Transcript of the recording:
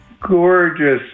Gorgeous